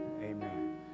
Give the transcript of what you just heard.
Amen